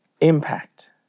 impact